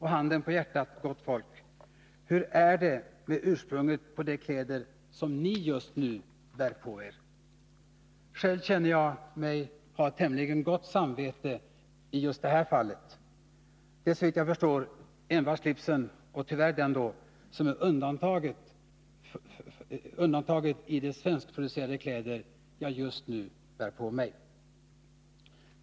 Handen på hjärtat, hur är det med ursprunget på de kläder som ni just nu bär på er? Själv har jag i detta fall tämligen gott samvete. Det är såvitt jag förstår endast slipsen som är undantaget i de svenskproducerade kläder jag just nu bär på mig.